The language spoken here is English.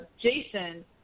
Jason